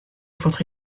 votre